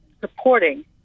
supporting